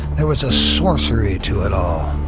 there was a sorcery to it all.